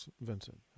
Vincent